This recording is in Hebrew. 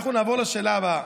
אנחנו נעבור לשאלה הבאה.